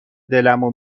دلمو